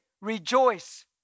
rejoice